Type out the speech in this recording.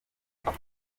nkuko